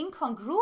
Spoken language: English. incongruent